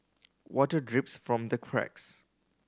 water drips from the cracks